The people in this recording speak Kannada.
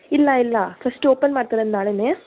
ಇಲ್ಲ ಇಲ್ಲ ಫಸ್ಟ್ ಓಪನ್ ಮಾಡ್ತಿರೋದು ನಾಳೇನೆ